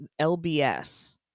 LBS